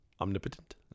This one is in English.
omnipotent